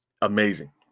amazing